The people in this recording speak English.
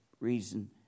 reason